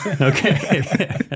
Okay